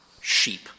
sheep